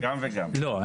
לא,